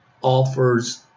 offers